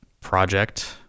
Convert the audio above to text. project